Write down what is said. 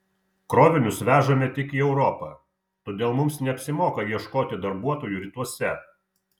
krovinius vežame tik į europą todėl mums neapsimoka ieškoti darbuotojų rytuose